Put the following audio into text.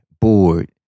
bored